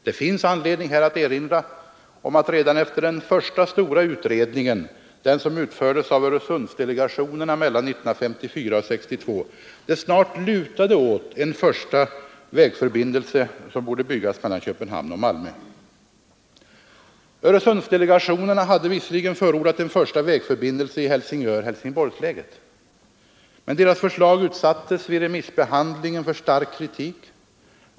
Det finns här anledning att erinra om att redan efter den första stora utredningen — den som utfördes av Öresundsdelegationerna mellan 1954 och 1962 — det snart lutade åt att en första vägförbindelse borde byggas mellan Köpenhamn och Malmö. Öresundsdelegationerna hade visserligen förordat en första vägförbindelse i Helsingör—Helsingborgsläget, men deras förslag utsattes vid remissbehandlingen för stark kritik.